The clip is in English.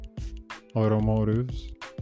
automotives